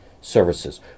Services